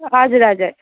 हजुर हजुर